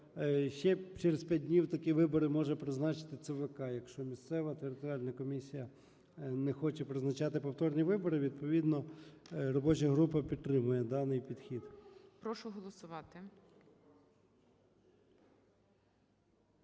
ще через п'ять днів такі вибори може призначити ЦВК, якщо місцева територіальна комісія не хоче призначати повторні вибори. Відповідно робоча група підтримує даний підхід.